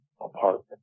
apartment